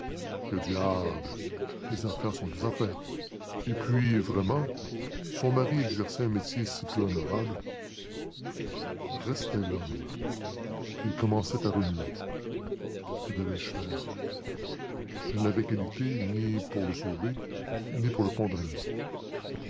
que diable les affaires sont les affaires et puis vraiment son mari exerçait un métier si peu honorable restait l'homme il commençait à remuer que devais-je faire je n'avais qualité ni pour le sauver ni pour le condamner